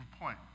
point